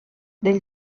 del